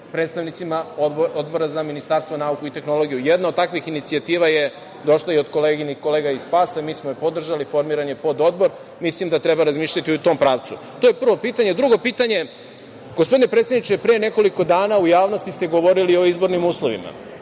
predstavnicima Odbora za nauku, obrazovanje i tehnologiju. Jedna od takvih inicijativa je došla i od kolega iz SPAS, mi smo je podržali, formiran je pododbor. Mislim da treba razmišljati u tom pravcu. To je prvo pitanje. Drugo pitanje, gospodine predsedniče, pre nekoliko dana u javnosti ste govorili o izbornim uslovima.